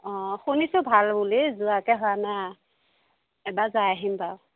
অ শুনিছোঁ ভাল বুলি যোৱাকৈ হোৱা নাই এবাৰ যাই আহিম বাৰু